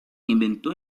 inventó